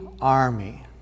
army